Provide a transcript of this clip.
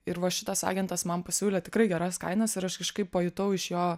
ir va šitas agentas man pasiūlė tikrai geras kainas ir aš kažkaip pajutau iš jo